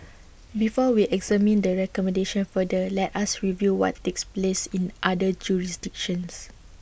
before we examine the recommendation further let us review what takes place in other jurisdictions